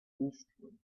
eastward